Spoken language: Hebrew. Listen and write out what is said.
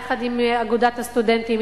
יחד עם אגודת הסטודנטים,